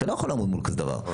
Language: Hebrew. אתה לא יכול לעמוד מול כזה דבר.